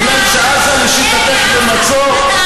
כי עזה לשיטתך במצור?